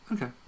Okay